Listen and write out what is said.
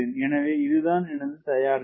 எனவே இதுதான் எனது தயார்நிலை